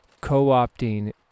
co-opting